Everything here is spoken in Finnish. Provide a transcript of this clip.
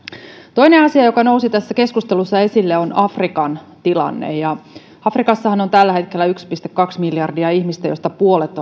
toinen asia joka nousi tässä keskustelussa esille on afrikan tilanne afrikassahan on tällä hetkellä yksi pilkku kaksi miljardia ihmistä joista puolet